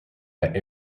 but